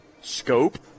scope